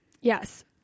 Yes